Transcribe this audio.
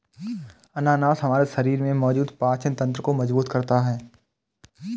अनानास हमारे शरीर में मौजूद पाचन तंत्र को मजबूत करता है